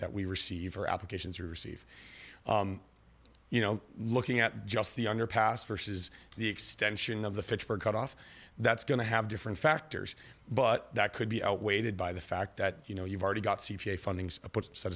that we receive or applications or receive you know looking at just the underpass versus the extension of the fitchburg cut off that's going to have different factors but that could be outweighed by the fact that you know you've already got c p a funding